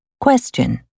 Question